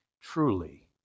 truly